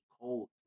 cold